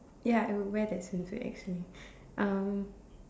ya I would wear that swimsuit actually um